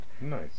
Nice